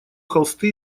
холсты